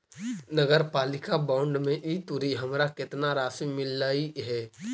नगरपालिका बॉन्ड में ई तुरी हमरा केतना राशि मिललई हे?